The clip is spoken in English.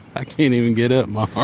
i can't even get up. my